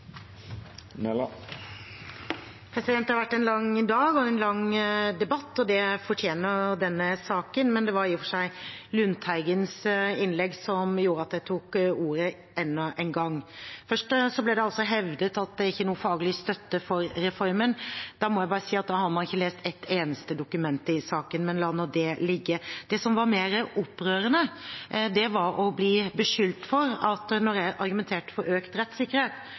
Det har vært en lang dag og en lang debatt, og det fortjener denne saken. Det var i og for seg Lundteigens innlegg som gjorde at jeg tok ordet enda en gang. Først ble det altså hevdet at det ikke er noen faglig støtte for reformen. Da må jeg bare si at da har man ikke lest et eneste dokument i saken – men la nå det ligge. Det som var mer opprørende, var å bli beskyldt for at jeg – da jeg argumenterte for økt rettssikkerhet